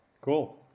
Cool